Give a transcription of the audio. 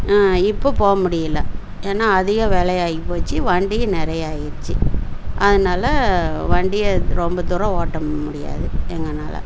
இப்போது போக முடியல ஏன்னால் அதிக விலை ஆகி போச்சு வண்டியும் நிறைய ஆகிருச்சு அதனால வண்டியை ரொம்ப தூரம் ஓட்ட முடியாது எங்கனால்